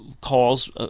calls